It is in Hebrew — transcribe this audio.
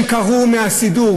הם קרעו מהסידור,